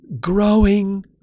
growing